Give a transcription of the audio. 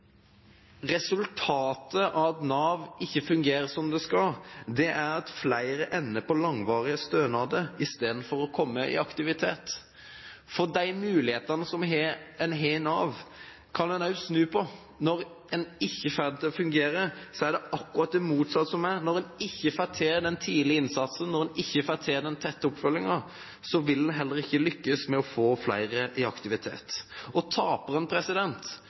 Resultatet av at Nav ikke fungerer som det skal, er at flere ender på langvarige stønader istedenfor å komme i aktivitet. For de mulighetene som en har i Nav, kan en også snu på. Når en ikke får det til å fungere, er det akkurat det motsatte som skjer: Når en ikke får til den tidlige innsatsen, når en ikke får til den tette oppfølgingen, så vil en heller ikke lykkes med å få flere i aktivitet. Og